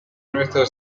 nuestra